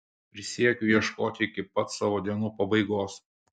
prisiekiu ieškoti iki pat savo dienų pabaigos